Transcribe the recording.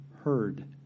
heard